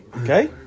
Okay